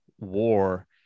war